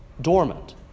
dormant